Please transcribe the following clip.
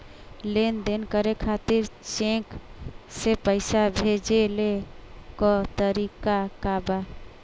लेन देन करे खातिर चेंक से पैसा भेजेले क तरीकाका बा?